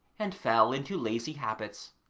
and fell into lazy habits.